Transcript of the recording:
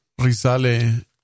Risale